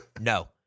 no